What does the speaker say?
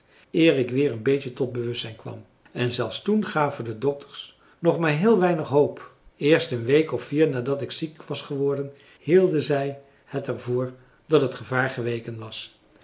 ik weer een beetje tot bewustzijn kwam en zelfs toen gaven de dokters nog maar heel weinig hoop eerst een week of vier nadat ik ziek was geworden hielden zij het er voor dat het gevaar geweken was